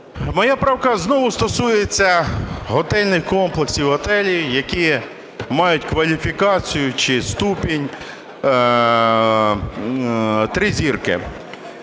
Моя правка знову стосується готельних комплексів, готелів, які мають кваліфікацію чи ступінь три зірки.